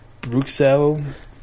Bruxelles